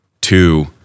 Two